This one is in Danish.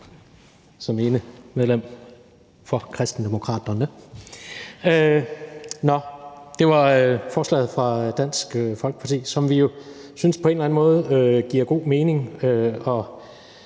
som ene medlem for Kristendemokraterne. Nå, det gælder forslaget fra Dansk Folkeparti, som vi jo synes på en eller anden måde giver god mening